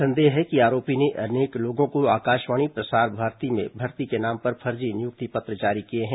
संदेह है कि आरोपी ने अनेक लोगों को आकाशवाणी प्रसार भारती में भर्ती के नाम पर फर्जी नियुक्ति पत्र जारी किए हैं